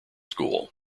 school